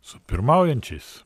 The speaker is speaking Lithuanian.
su pirmaujančiais